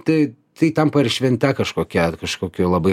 tai tai tampa ir švente kažkokia kažkokioj labai